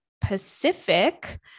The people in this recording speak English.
Pacific